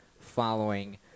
following